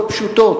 לא פשוטות,